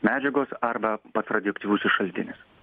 medžiagos arba pats radioaktyvusis šaltinis